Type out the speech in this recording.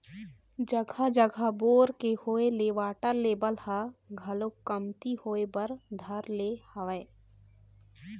जघा जघा बोर के होय ले वाटर लेवल ह घलोक कमती होय बर धर ले हवय